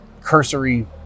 cursory